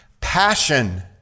passion